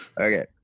Okay